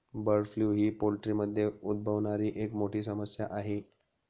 bird flu ही पोल्ट्रीमध्ये उद्भवणारी एक मोठी समस्या आहे